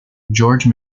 george